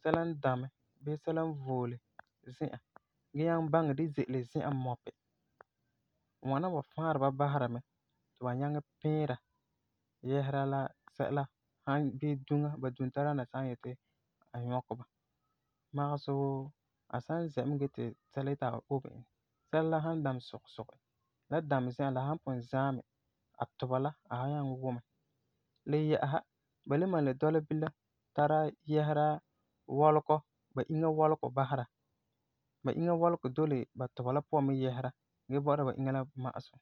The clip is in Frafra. sɛla n sakɛ bii sɛla n voole zi'an, gee nyaŋɛ baŋɛ di ze'ele zi'an mɔpi. Ŋwana wa fãari ba basera mɛ ti ba nyaŋɛ piira yɛsera la sɛla san, bii duŋa, ba duntadaana san yeti ba nyɔkɛ ba, magesɛ wuu a san zɛa mɛ gee ti sɛla yeti a obe e, sɛla la san damɛ sugi sugi, la damɛ zi'an la san pugum zaɛ me, a tuba la, a wan nyaŋɛ wumɛ. Le yɛ'ɛsa, ba le malum le dɔla bilam tara yɛsera wɔlege, ba inya wɔlegɔ basera. Ba inya wɔlegɔ doli la ba tuba la puan mɛ yɛsera gee bɔ'ɔra ba inya la ma'asum.